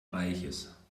reiches